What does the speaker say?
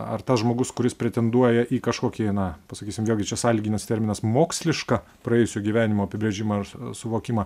ar tas žmogus kuris pretenduoja į kažkokį na pasakysim vėlgi čia sąlyginis terminas mokslišką praėjusio gyvenimo apibrėžimą ar s suvokimą